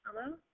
hello